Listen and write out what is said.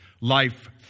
Life